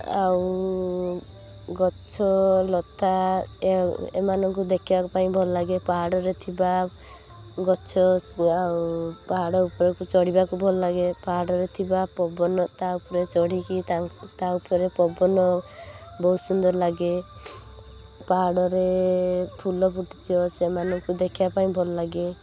ଆଉ ଗଛ ଲତା ଏମାନଙ୍କୁ ଦେଖିବା ପାଇଁ ଭଲ ଲାଗେ ପାହାଡ଼ରେ ଥିବା ଗଛ ଆଉ ପାହାଡ଼ ଉପରକୁ ଚଢ଼ିବାକୁ ଭଲ ଲାଗେ ପାହାଡ଼ରେ ଥିବା ପବନ ତା ଉପରେ ଚଢ଼ିକି ତା ଉପରେ ପବନ ବହୁତ ସୁନ୍ଦର ଲାଗେ ପାହାଡ଼ରେ ଫୁଲ ଫୁଟିଥିବ ସେମାନଙ୍କୁ ଦେଖିବା ପାଇଁ ଭଲ ଲାଗେ